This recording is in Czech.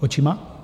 Očima?